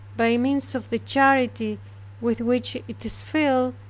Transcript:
by means of the charity with which it is filled.